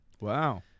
Wow